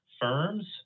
firms